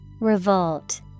Revolt